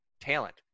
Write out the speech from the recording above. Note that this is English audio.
talent